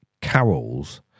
carols